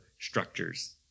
structures